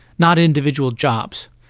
not individual jobs,